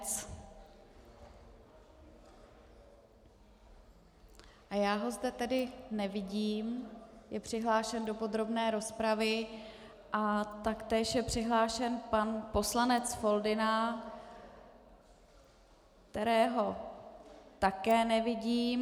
Já ho zde tedy nevidím, je přihlášen do podrobné rozpravy a taktéž je přihlášen pan poslanec Foldyna, kterého také nevidím.